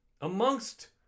amongst